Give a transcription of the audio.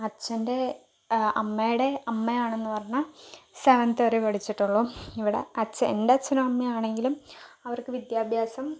അച്ഛൻ്റെ അമ്മയുടെ അമ്മയാണെന്നു പറഞ്ഞാൽ സെവൻത്ത് വരെ പഠിച്ചിട്ടുള്ളൂ ഇവിടെ അച്ഛ എൻ്റെ അച്ഛനും അമ്മയും ആണെങ്കിലും അവർക്ക് വിദ്യാഭ്യാസം